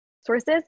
sources